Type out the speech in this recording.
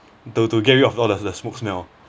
to to get rid of all the the smoke smell